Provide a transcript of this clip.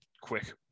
quick